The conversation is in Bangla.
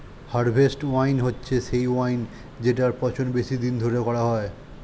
হারভেস্ট ওয়াইন হচ্ছে সেই ওয়াইন জেটার পচন বেশি দিন ধরে করা হয়